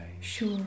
sure